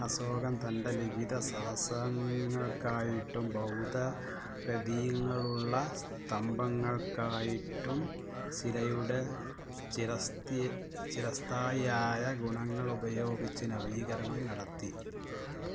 അസോകന് തൻ്റെ ലിഖിത സാഹസങ്ങള്ക്കായിട്ടും ഭൗത പ്രതീകങ്ങളുള്ള സ്തംഭങ്ങള്ക്കായിട്ടും ശിലയുടെ ചിരസ്ഥി ചിരസ്ഥായിയായ ഗുണങ്ങള് ഉപയോഗിച്ച് നവീകരണം നടത്തി